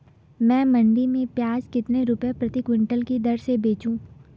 मैं मंडी में प्याज कितने रुपये प्रति क्विंटल की दर से बेचूं?